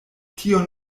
tion